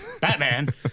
Batman